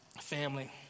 Family